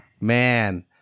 man